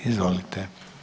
Izvolite.